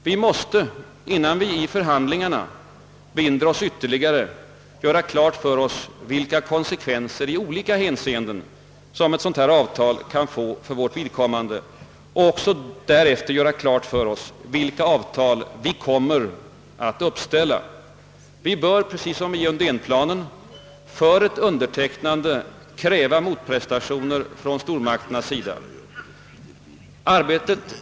Vi måste, innan vi i förhandlingarna binder oss ytterligare, göra klart för oss vilka konsekvenser i olika hänseenden som ett sådant avtal kan få för vårt vidkommande och därefter göra klart för oss vilka krav vi skall ställa. Vi bör precis som i Undénplanen för ett undertecknande kräva motprestationer från stormakternas sida.